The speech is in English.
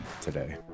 today